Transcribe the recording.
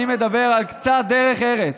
אני מדבר על קצת דרך ארץ,